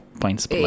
points